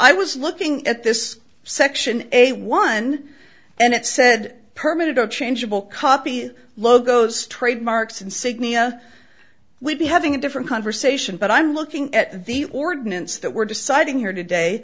i was looking at this section a one and it said permit or changeable copy logos trademarks insignia we'd be having a different conversation but i'm looking at the ordinance that we're deciding here today